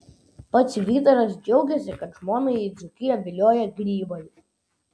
pats vytaras džiaugiasi kad žmoną į dzūkiją vilioja grybai